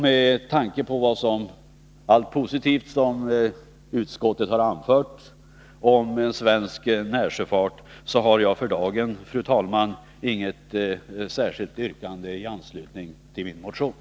Med tanke på allt positivt som utskottet har anfört om svensk närsjöfart har jag för dagen, fru talman, inget särskilt yrkande i anslutning till min motion.